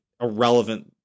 irrelevant